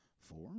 Four